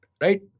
Right